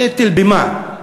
נטל במה?